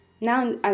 now